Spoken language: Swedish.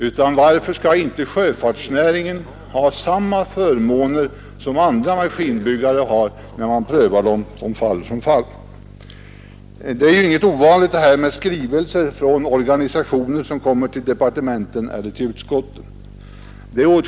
Och varför skall inte sjöfartsnäringen ha samma förmåner som andra maskinbeställare har? Skrivelser från organisationer till departementen eller till utskotten är ju inget ovanligt.